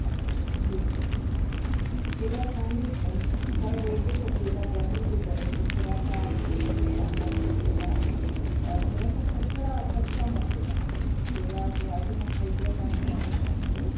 अच्छा अच्छा ठीकु आहे ठीकु आहे केला कोन्हनि का पर एॾे त केला गर्मी जे करे न थोरा सा असां आणियूं घटि था और थोरा सा कचड़ा कच्चा मोकिलदासेव थोरा जीअं अॼ न खाई करे तव्हां सुभाणे खाईंजो